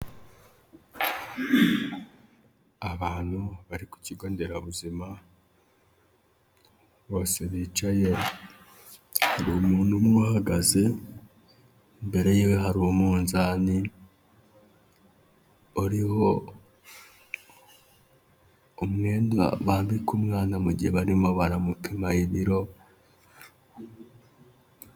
Abantu bari ku kigo nderabuzima, bose bicaye, hari umuntu umwe uhagaze, imbere ye hari umunzani, uriho umwenda bambiku umwana mu gihe barimo baramupima ibiro.